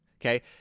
okay